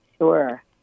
Sure